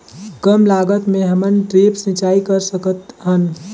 कम लागत मे हमन ड्रिप सिंचाई कर सकत हन?